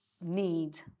need